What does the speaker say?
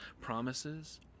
promises